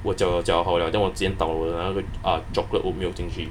我浇浇浇好 liao then 我先倒我那个 chocolate oat milk 进去